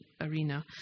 arena